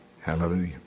Hallelujah